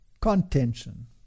contention